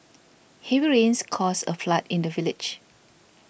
heavy rains caused a flood in the village